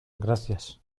gracias